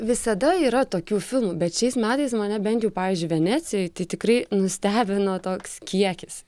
visada yra tokių filmų bet šiais metais mane bent jau pavyzdžiui venecijoj tai tikrai nustebino toks kiekis